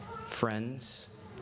friends